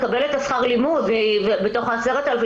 מקבלת את שכר הלימוד בתוך ה-10,000,